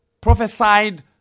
prophesied